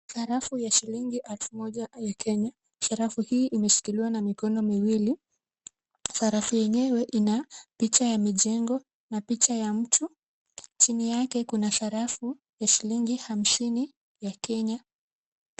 Sarafu ya shilingi elfu moja ya Kenya. Sarafu hii imeshikiliwa na mikono miwili. Sarafu yenyewe ina picha ya mijengo na picha ya mtu. Chini yake kuna sarafu ya shilingi hamsini ya Kenya.